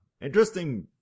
Interesting